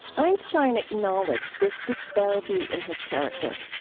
einstein acknowledged this disparity in his character.